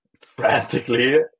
frantically